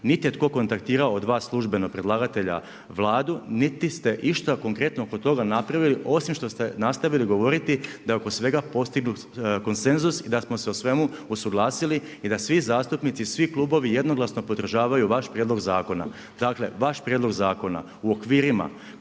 Niti je tko kontaktirao od vas službeno predlagatelja Vladu, niti ste išta konkretno oko toga napravili, osim što ste nastavili govoriti da je oko svega postignut konsenzus i da smo se o svemu usuglasili da svi zastupnici, svi klubovi jednoglasno podržavaju vaš prijedlog zakona. Dakle, vaš prijedlog zakona u okvirima